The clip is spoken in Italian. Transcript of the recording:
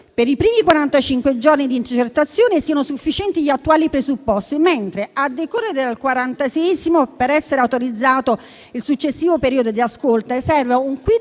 quarantacinque giorni di intercettazione siano sufficienti gli attuali presupposti, mentre a decorrere dal quarantaseiesimo, per essere autorizzato il successivo periodo di ascolto, serva un *quid